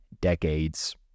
decades